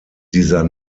dieser